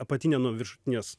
apatinė nuo viršutinės